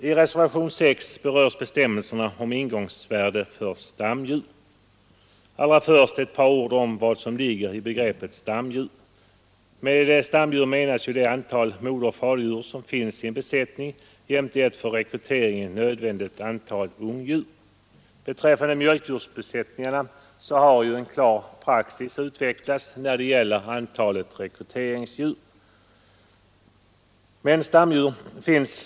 I reservationen 6 berörs bestämmelserna om ingångsvärde för stamdjur. Allra först ett par ord om vad som ligger i begreppet stamdjur. Med stamdjur menas det antal moderoch faderdjur som finns i en besättning jämte ett för rekryteringen nödvändigt antal ungdjur. Betr nde mjölkdjursbesättning har ju en klar praxis utvecklats när det gäller antalet rekryteringsdjur.